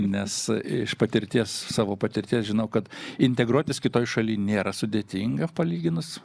nes iš patirties savo patirties žinau kad integruotis kitoj šalyj nėra sudėtinga palyginus